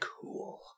Cool